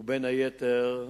ובין היתר,